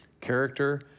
character